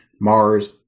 Mars